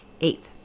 Eighth